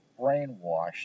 brainwashed